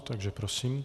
Takže prosím.